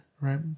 right